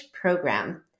program